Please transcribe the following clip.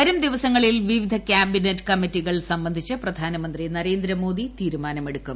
വരും ദിവസങ്ങളിൽ ക്യാബിനറ്റ് കമ്മിറ്റികൾ വിവിധ സംബന്ധിച്ച് പ്രധാനമന്ത്രി നരേന്ദ്രമോദി തീരുമാനമെടുക്കും